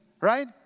right